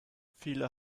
viele